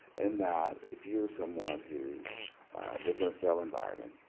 in that if you're someone who lives in a cell environment,